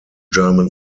german